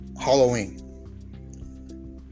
Halloween